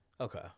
Okay